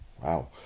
Wow